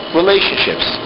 relationships